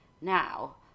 now